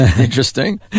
Interesting